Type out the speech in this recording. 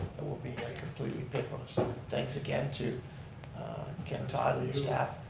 but will be completely paperless, so thanks again to ken todd and staff,